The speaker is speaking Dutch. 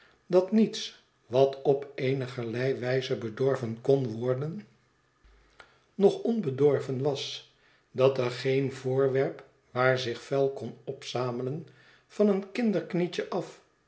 dat niets wat op eenigerlei wijze bedorven kon worden nog onbedorven was dat er geen voorwerp waar zich vuil kon opzamelen van een kinderknietje af